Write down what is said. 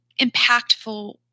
impactful